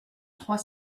trois